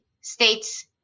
states